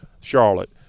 Charlotte